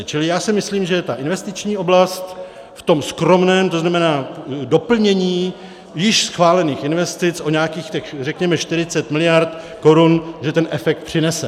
Čili já si myslím, že je ta investiční oblast v tom skromném, tzn. doplnění již schválených investic o nějakých těch, řekněme, 40 mld. korun, že ten efekt přinese.